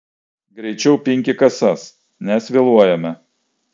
greičiau pinki kasas nes vėluojame